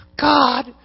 God